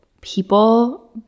people